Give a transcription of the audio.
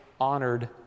honored